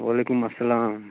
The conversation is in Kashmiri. وعلیکُم اَسلام